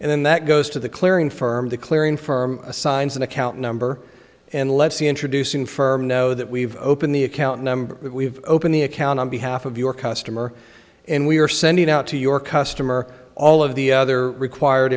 and then that goes to the clearing firm the clearing firm assigns an account number and let's see introducing firm no that we've opened the account number we've opened the account on behalf of your customer and we are sending out to your customer all of the other required